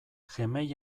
gmail